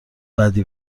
بدی